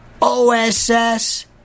OSS